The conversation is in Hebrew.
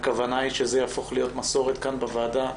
הכוונה היא שזה יהפוך להיות מסורת כאן בוועדה,